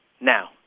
now